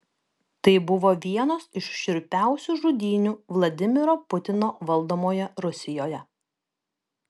tai buvo vienos iš šiurpiausių žudynių vladimiro putino valdomoje rusijoje